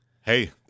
Hey